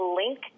link